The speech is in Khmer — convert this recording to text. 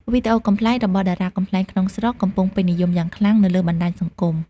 វីដេអូកំប្លែងរបស់តារាកំប្លែងក្នុងស្រុកកំពុងពេញនិយមយ៉ាងខ្លាំងនៅលើបណ្តាញសង្គម។